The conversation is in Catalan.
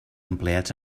empleats